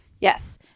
Yes